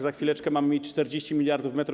Za chwileczkę mamy mieć 40 mld m